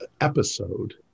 episode